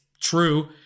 true